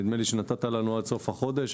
נדמה לי שנתת לנו עד סוף החודש.